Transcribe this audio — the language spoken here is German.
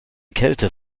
kälte